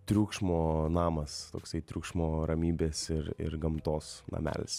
triukšmo namas toksai triukšmo ramybės ir ir gamtos namelis